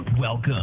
Welcome